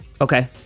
Okay